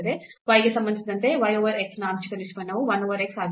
y ಗೆ ಸಂಬಂಧಿಸಿದಂತೆ y over x ನ ಆಂಶಿಕ ನಿಷ್ಪನ್ನವು 1 over x ಆಗಿರುತ್ತದೆ